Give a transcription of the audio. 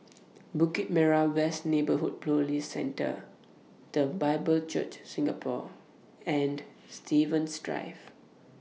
Bukit Merah West Neighbourhood Police Centre The Bible Church Singapore and Stevens Drive